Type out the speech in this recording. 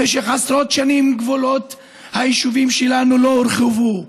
במשך עשרות שנים גבולות היישובים שלנו לא הורחבו,